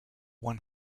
one